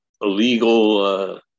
illegal